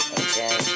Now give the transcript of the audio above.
okay